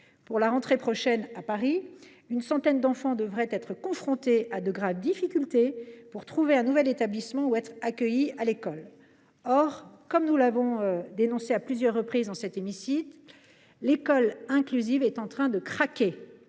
À la rentrée prochaine, à Paris, une centaine d’enfants devraient être confrontés à de graves difficultés pour trouver un nouvel établissement ou être accueillis à l’école. Or, comme nous l’avons dénoncé à plusieurs reprises dans cet hémicycle, l’école inclusive est en train de craquer.